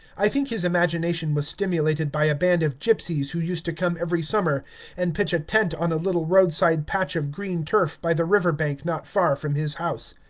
i think his imagination was stimulated by a band of gypsies who used to come every summer and pitch a tent on a little roadside patch of green turf by the river-bank not far from his house.